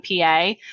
PA